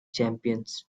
champions